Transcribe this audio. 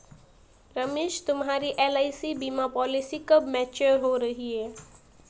रमेश तुम्हारी एल.आई.सी बीमा पॉलिसी कब मैच्योर हो रही है?